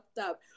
up